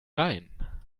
rhein